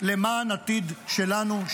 למען העתיד שלנו,